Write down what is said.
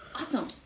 awesome